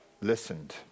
listened